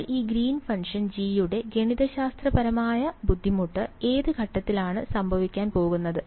അപ്പോൾ ഈ green function G യുടെ ഗണിതശാസ്ത്രപരമായ ബുദ്ധിമുട്ട് ഏത് ഘട്ടത്തിലാണ് സംഭവിക്കാൻ പോകുന്നത്